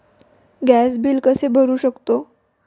Gas bill कसे भरू शकतो?